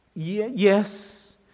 Yes